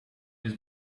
this